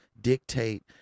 dictate